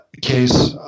case